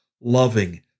loving